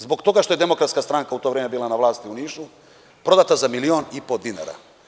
Zbog toga što je DS u to vreme bila na vlasti u Nišu prodata je za milion i po dinara.